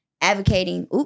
advocating